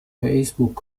facebook